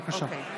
בבקשה.